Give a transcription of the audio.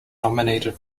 nominated